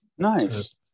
Nice